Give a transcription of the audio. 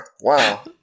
Wow